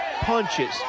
punches